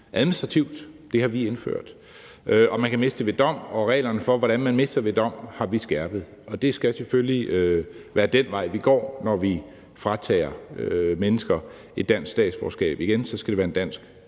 administrativt – det har vi indført – og man kan miste det ved dom, og reglerne for, hvordan man mister det ved dom, har vi skærpet. Det skal selvfølgelig være den vej, vi går, når vi fratager mennesker dansk statsborgerskab, og det skal være en dansk